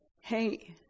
Hey